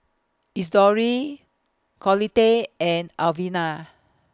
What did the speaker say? Isidore Collette and Alvina